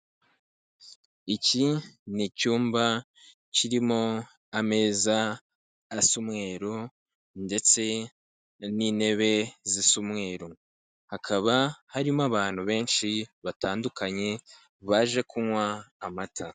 Iki ni icyumba kirimo ameza asa umweru ndetse n'intebe zisa umweru. Hakaba harimo abantu benshi batandukanye baje kunywa amata.